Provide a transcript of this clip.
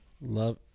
love